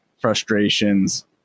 frustrations